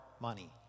money